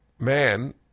man